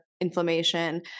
inflammation